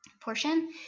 portion